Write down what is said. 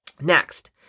next